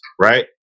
right